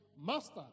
Master